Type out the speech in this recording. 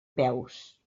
peus